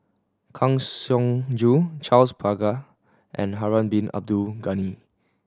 Kang Siong Joo Charles Paglar and Harun Bin Abdul Ghani